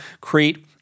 create